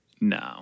No